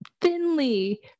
thinly